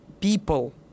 people